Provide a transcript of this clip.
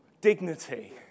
dignity